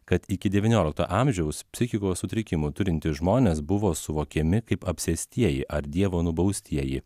kad iki devyniolikto amžiaus psichikos sutrikimų turintys žmonės buvo suvokiami kaip apsėstieji ar dievo nubaustieji